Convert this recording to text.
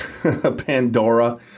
Pandora